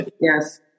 Yes